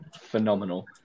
phenomenal